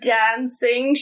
dancing